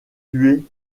tué